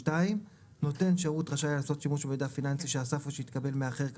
(2) נותן שירות רשאי לעשות שימוש במידע פיננסי שאסף או שהתקבל מאחר,